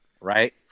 right